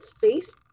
face